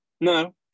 no